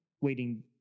waiting